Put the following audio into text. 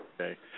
Okay